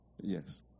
Yes